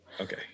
Okay